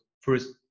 first